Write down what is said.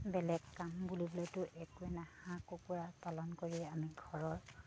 বেলেগ কাম বুলিবলৈতো একোৱে নাই হাঁহ কুকুৰা পালন কৰিয়ে আমি ঘৰৰ